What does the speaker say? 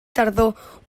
tardor